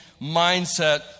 mindset